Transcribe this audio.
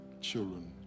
children